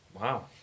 Wow